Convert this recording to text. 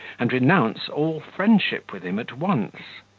and renounce all friendship with him at once.